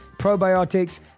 probiotics